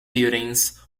buildings